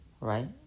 Right